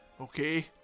Okay